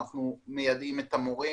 אנחנו מיידעים את המורים.